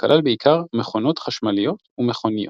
וכלל בעיקר מכונות חשמליות ומכוניות.